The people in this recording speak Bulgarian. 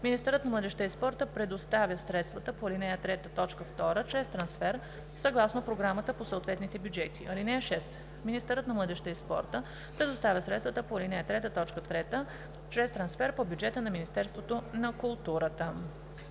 Министърът на младежта и спорта предоставя средствата по ал. 3, т. 2 чрез трансфер, съгласно програмата по съответните бюджети. (6) Министърът на младежта и спорта предоставя средствата по ал. 3, т. 3 чрез трансфер по бюджета на Министерството на културата.“